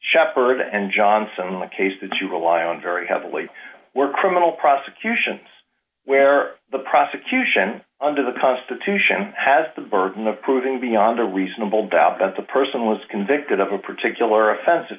shepard and johnson the case that you rely on very heavily were criminal prosecutions where the prosecution under the constitution has the burden of proving beyond a reasonable doubt that the person was convicted of a particular offens